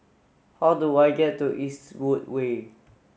how do I get to Eastwood Way